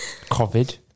COVID